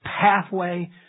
pathway